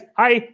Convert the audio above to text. hi